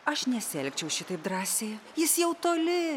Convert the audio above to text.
aš nesielgčiau šitaip drąsiai jis jau toli